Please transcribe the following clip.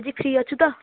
ଆଜି ଫ୍ରି ଅଛୁ ତ